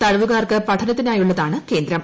തടവുകാർക്ക് പഠനത്തിനായുള്ളതാണ് കേന്ദ്രം